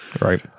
right